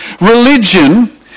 Religion